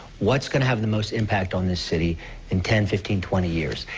what's going to have the most impact on this city in ten, fifteen, twenty years.